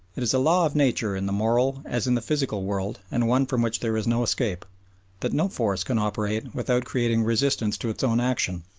it is a law of nature in the moral as in the physical world and one from which there is no escape that no force can operate without creating resistance to its own action,